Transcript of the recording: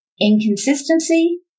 Inconsistency